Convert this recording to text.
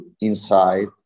inside